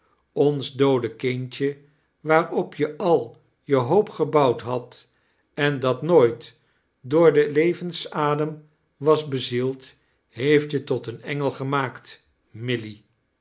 ons doode kindje waarop je al je hoop gebouwd hadt en dat nooit door den levensadem was bezield heeft je tot eea enged gemaakt milly